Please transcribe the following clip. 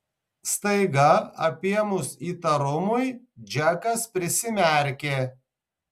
staiga apėmus įtarumui džekas prisimerkė